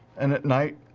and at night,